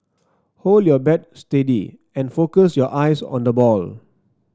hold your bat steady and focus your eyes on the ball